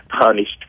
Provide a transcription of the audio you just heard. punished